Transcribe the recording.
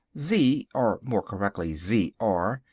z, or more correctly z r,